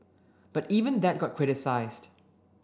but even that got criticised